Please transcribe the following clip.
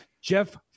Jeff